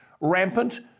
rampant